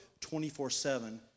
24-7